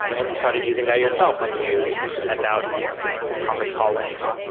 and you started using that yourself when you sent out conference call links.